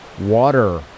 Water